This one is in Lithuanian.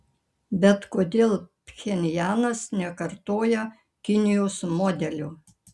bet kodėl pchenjanas nekartoja kinijos modelio